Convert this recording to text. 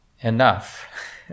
enough